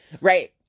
Right